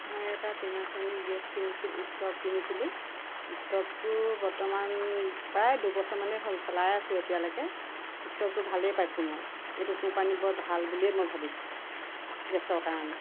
মই এটা Panasonic gas কিনিছিলোঁ ষ্টভ কিনিছিলোঁ ষ্টভটো বৰ্তমান প্ৰায় দুবছৰ মানেই হ'ল চলাই আছে এতিয়ালৈকে ষ্টভটো ভালে পাইছোঁ মই এইটো কোম্পানী বৰ ভাল বুলিয়ে মই ভাবিছোঁ গেছৰ কাৰণে